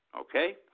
okay